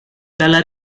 dalla